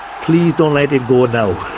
please don't let him go now.